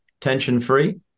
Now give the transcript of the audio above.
tension-free